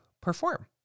perform